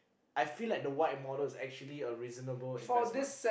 I feel like the white model is actually a reasonable investment